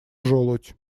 желудь